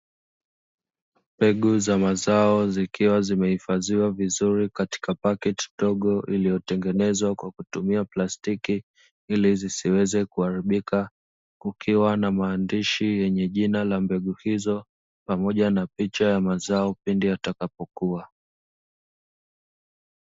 Mbegu za mazao zikiwa zimeifadhiwa vizuri katika pakiti ndogo iliyotengenezwa kwa kutumia plastiki ili zisiweze kuharibika, kukiwa na maandishi yenye jina la mbegu hizo, pamoja na picha ya mazao pindi yatakapokua.